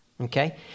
okay